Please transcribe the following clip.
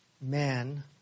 man